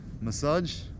massage